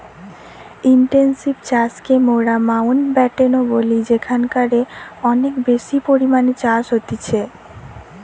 intensive চাষকে মোরা Mountbatten ও বলি যেখানকারে অনেক বেশি পরিমাণে চাষ হতিছে